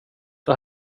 det